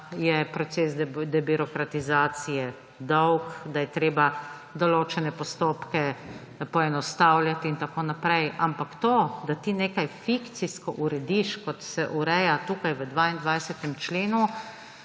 je proces debirokratizacije dolg, da je treba določene postopke poenostavljati in tako naprej, ampak to, da ti nekaj fikcijsko urediš, kot se ureja tukaj v 22. členu,